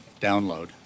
download